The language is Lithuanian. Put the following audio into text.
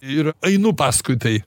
ir einu paskui tai